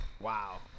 wow